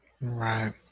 right